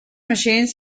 machines